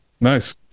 Nice